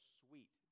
sweet